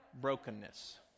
brokenness